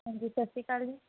ਹਾਂਜੀ ਸਤਿ ਸ਼੍ਰੀ ਅਕਾਲ ਜੀ